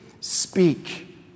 speak